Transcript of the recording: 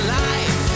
life